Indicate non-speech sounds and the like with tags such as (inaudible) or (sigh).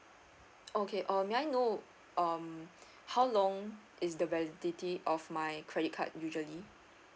okay um may I know um (breath) how long is the validity of my credit card usually